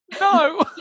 no